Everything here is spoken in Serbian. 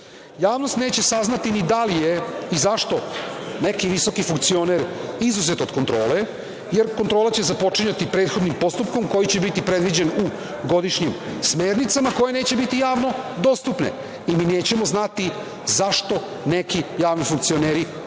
neće saznati ni da li je i zašto neki visoki funkcioner izuzet od kontrole, jer kontrola će započinjati prethodnim postupkom koji će biti predviđen u godišnjim smernicama koje neće biti javno dostupne i mi nećemo znati zašto neki javni funkcioneri iz